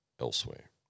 elsewhere